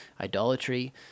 idolatry